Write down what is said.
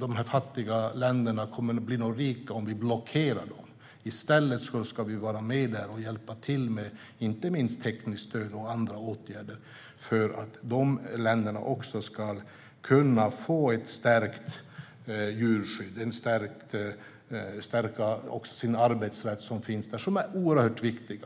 de fattiga länderna blir rikare om vi blockerar dem. I stället ska vi vara med och hjälpa till med inte minst tekniskt stöd och andra åtgärder, för att de länderna ska kunna få ett stärkt djurskydd och också kunna stärka arbetsrätten, vilket är oerhört viktigt.